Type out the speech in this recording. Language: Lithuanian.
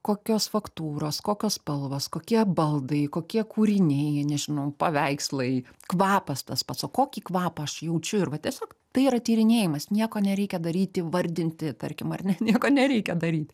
kokios faktūros kokios spalvos kokie baldai kokie kūriniai nežinau paveikslai kvapas tas pats o kokį kvapą aš jaučiu ir va tiesiog tai yra tyrinėjimas nieko nereikia daryti vardinti tarkim ar ne nieko nereikia daryti